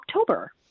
October